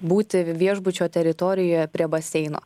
būti viešbučio teritorijoje prie baseino